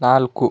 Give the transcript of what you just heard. ನಾಲ್ಕು